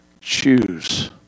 choose